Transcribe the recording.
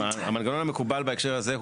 המנגנון המקובל בהקשר הזה,